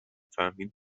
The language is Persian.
فهمید